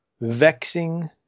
vexing